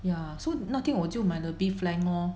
ya so 那天我就买了 beef flank lor